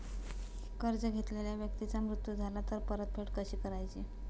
कर्ज घेतलेल्या व्यक्तीचा मृत्यू झाला तर परतफेड कशी करायची?